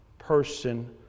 person